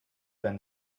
been